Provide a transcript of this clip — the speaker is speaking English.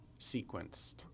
sequenced